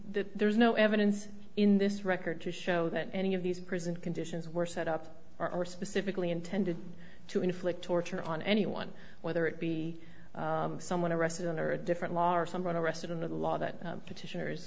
there is no evidence in this record to show that any of these prison conditions were set up or specifically intended to inflict torture on anyone whether it be someone arrested under a different law or someone arrested in the law that petitioners